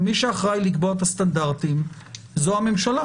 מי שאחראי לקבוע את הסטנדרטים זו הממשלה